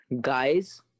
Guys